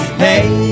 hey